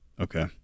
Okay